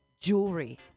jewelry